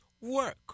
work